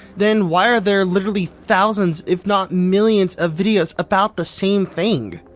then why are there literally thousands if not millions of videos about the same thing?